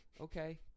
okay